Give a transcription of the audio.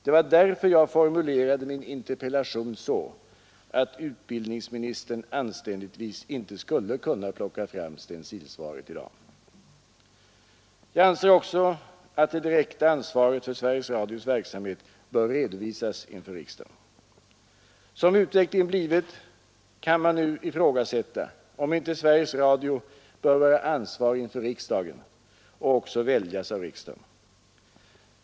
Det var därför jag formulerade min interpellation så att utbildningsministern anständigtvis inte skulle kunna plocka fram Jag anser också att det direkta ansvaret för Sveriges Radios verksamhet bör redovisas inför riksdagen. Som utvecklingen blivit kan man nu ifrågasätta, om inte Sveriges Radios styrelse bör vara ansvarig inför riksdagen och också väljas av riksdagen.